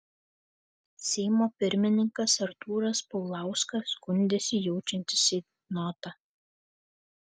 seimo pirmininkas artūras paulauskas skundėsi jaučiantis ceitnotą